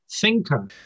thinker